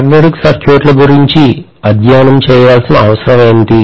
magnetic సర్క్యూట్ల గురించి అధ్యయనం చేయవలసిన అవసరం ఏమిటి